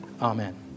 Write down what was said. amen